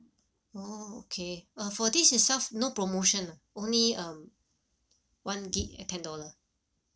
oh K uh for this itself no promotion ah only um one gig at ten dollar